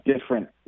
different